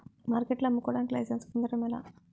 మార్కెట్లో అమ్ముకోడానికి లైసెన్స్ పొందడం ఎలా?